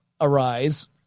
arise